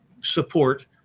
support